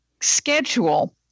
schedule